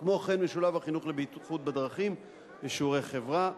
כמו כן משולב החינוך לבטיחות בדרכים בשיעורי חברה,